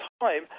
time